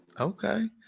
Okay